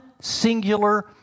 singular